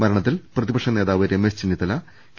മരണത്തിൽ പ്രതിപക്ഷ നേതാവ് രമേശ് ചെന്നിത്തല കെ